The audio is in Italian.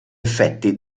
effetti